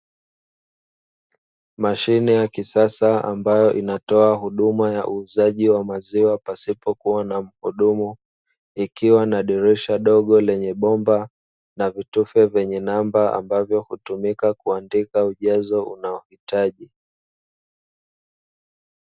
Mashine ya kisasa ambayo inatoa huduma ya uuzaji wa maziwa pasipokuwa na mhudumu, ikiwa na dirisha dogo lenye bomba na vitufe vyenye namba ambavyo hutumika kuandika ujazo unaohitaji.